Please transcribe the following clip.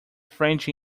french